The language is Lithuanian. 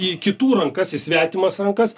į kitų rankas į svetimas rankas